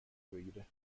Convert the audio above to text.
بگیره